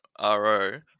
RO